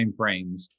timeframes